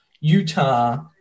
Utah